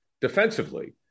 defensively